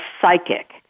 psychic